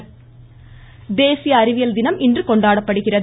அறிவியல் தினம் தேசிய அறிவியல் தினம் இன்று கொண்டாடப்படுகிறது